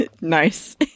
Nice